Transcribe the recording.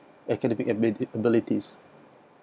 academic admitted abilities